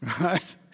Right